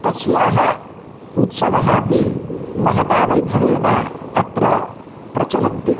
तस्याः उत्सवाः अपि महता वैभवेन अत्र प्रचलन्ति